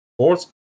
sports